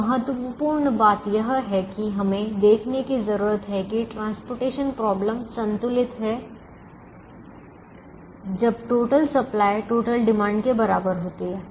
अब महत्वपूर्ण बात यह है कि हमें देखने की जरूरत है कि परिवहन समस्या संतुलित है जब टोटल सप्लाई टोटल डिमांड के बराबर होती है